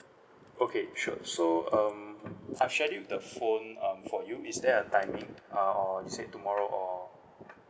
okay sure so um I've scheduled the phone um for you is there a timing uh or is it tomorrow or